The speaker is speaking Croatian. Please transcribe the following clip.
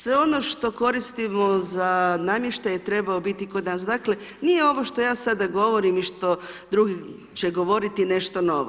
Sve ono što koristimo za namještaj je trebao biti kod nas, dakle nije ovo što ja sada govorim i što drugi će govoriti nešto novo.